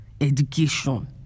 education